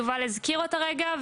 יובל הזכיר אותה כרגע,